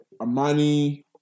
Amani